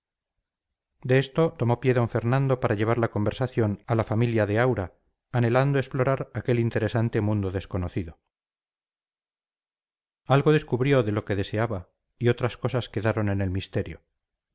de esto tomó pie d fernando para llevar la conversación a la familia de aura anhelando explorar aquel interesante mundo desconocido algo descubrió de lo que deseaba y otras cosas quedaron en el misterio